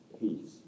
peace